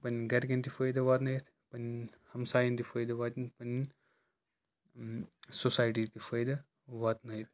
پَننؠن گَرکِؠن تہِ فٲیِدٕ واتنٲیِتھ پَننؠن ہَمسایَن تہِ فٲیِدٕ واتنٲیِتھ پَننؠن اۭں سوسایِٹِی تہِ فٲیِدٕ واتنٲیِتھ